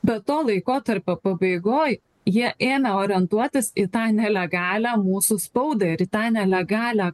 bet to laikotarpio pabaigoj jie ėmė orientuotis į tą nelegalią mūsų spaudą ir į tą nelegalią